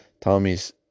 Tommy's